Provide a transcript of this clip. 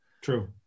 true